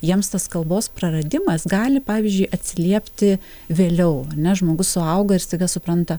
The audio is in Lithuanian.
jiems tas kalbos praradimas gali pavyzdžiui atsiliepti vėliau ar ne žmogus suauga ir staiga supranta